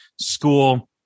school